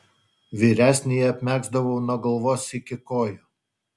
vyresnįjį apmegzdavau nuo galvos iki kojų